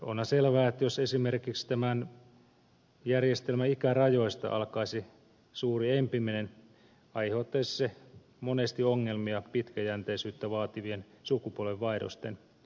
onhan selvää että jos esimerkiksi tämän järjestelmän ikärajoista alkaisi suuri empiminen aiheuttaisi se monesti ongelmia pitkäjänteisyyttä vaativien sukupolvenvaihdosten suunnitteluun